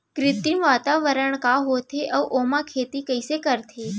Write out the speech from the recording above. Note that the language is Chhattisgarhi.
कृत्रिम वातावरण का होथे, अऊ ओमा खेती कइसे करथे?